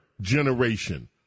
generation